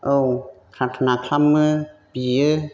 औ प्रार्थ'ना खालामो बियो